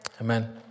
Amen